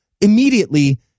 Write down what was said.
immediately